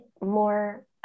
more